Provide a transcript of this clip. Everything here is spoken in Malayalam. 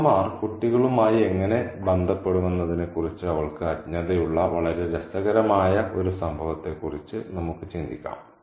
അമ്മമാർ കുട്ടികളുമായി എങ്ങനെ ബന്ധപ്പെടുമെന്നതിനെക്കുറിച്ച് അവൾക്ക് അജ്ഞതയുള്ള വളരെ രസകരമായ ഒരു സംഭവത്തെക്കുറിച്ച് നമുക്ക് ചിന്തിക്കാം